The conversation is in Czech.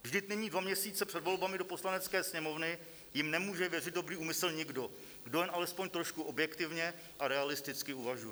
Vždyť nyní, dva měsíce před volbami do Poslanecké sněmovny, jim nemůže věřit dobrý úmysl nikdo, kdo jen alespoň trošku objektivně a realisticky uvažuje.